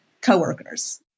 coworkers